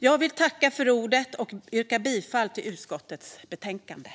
Jag yrkar bifall till utskottets förslag i betänkandet.